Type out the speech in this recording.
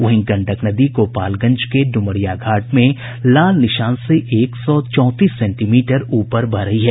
वहीं गंडक नदी गोपालगंज के डुमरिया घाट में लाल निशान से एक सौ चौंतीस सेंटीमीटर ऊपर बह रही है